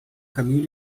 caminho